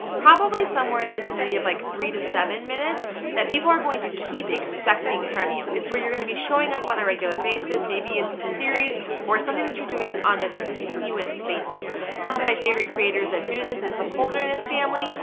probably somewhere in the vicinity of like three to seven minutes that people are going to keep expecting from you. it's where you're going to be showing up on a regular basis. maybe it's a series or something that you're doing on a continuous basis. some of my favorite creators that do this is the holderness family,